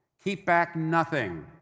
keep back nothing.